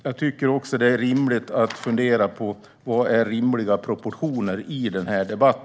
Jag tycker att det är rimligt att fundera på vad som är rimliga proportioner i denna debatt.